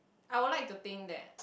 I would like to think that